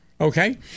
Okay